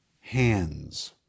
hands